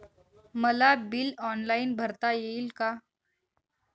मला bill online भरता येईल का?